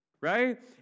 right